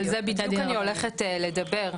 על זה בדיוק אני הולכת לדבר,